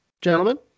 gentlemen